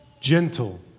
gentle